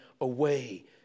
away